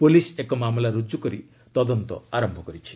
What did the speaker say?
police ଏକ ମାମଲା ରୁଜୁ କରି ତଦନ୍ତ ଆରମ୍ଭ କରିଛି